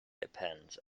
depends